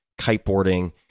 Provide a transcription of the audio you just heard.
kiteboarding